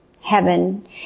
heaven